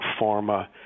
pharma